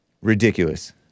Ridiculous